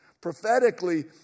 Prophetically